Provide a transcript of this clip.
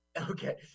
Okay